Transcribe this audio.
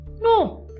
No